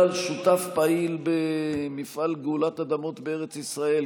שותף פעיל במפעל גאולת אדמות בארץ ישראל,